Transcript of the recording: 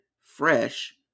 fresh